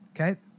Okay